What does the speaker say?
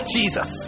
Jesus